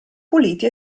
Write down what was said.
puliti